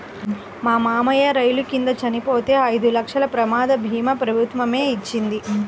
మా మావయ్య రైలు కింద చనిపోతే ఐదు లక్షల ప్రమాద భీమా ప్రభుత్వమే ఇచ్చింది